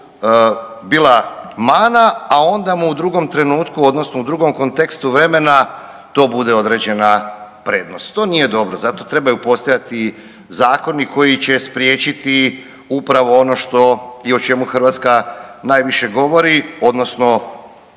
bila mana, a onda mu u drugom trenutku odnosno u drugom kontekstu vremena to bude određena prednost. To nije dobro za to trebaju postojati zakoni koji će spriječiti upravo ono što i o čemu Hrvatska najviše govori odnosno